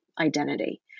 identity